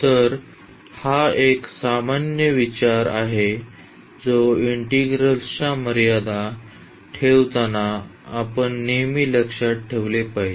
तर हा एक सामान्य विचार आहे जो इंटिग्रल्सच्या मर्यादा ठेवताना आपण नेहमी लक्षात ठेवले पाहिजे